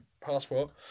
passport